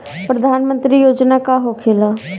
प्रधानमंत्री योजना का होखेला?